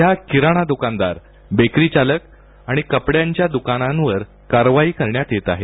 सध्या किरणा दुकानदार बेकरीचालक आणि कपड्यांच्या दुकानांवर कारवाई केली जात आहे